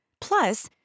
Plus